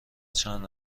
چند